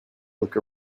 look